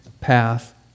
path